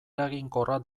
eraginkorra